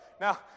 Now